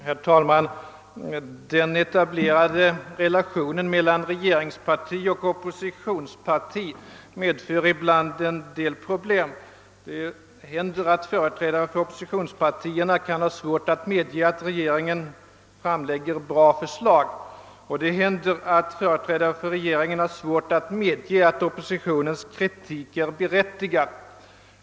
Herr talman! Den etablerade relationen mellan regeringsparti och oppositionspartier medför ibland en del problem. Det händer att företrädare för oppositionspartierna kan ha svårt att medge att regeringen framlägger bra förslag, och det händer att företrädare för regeringen har svårt att medge att oppositionens kritik är berättigad.